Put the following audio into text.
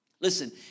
Listen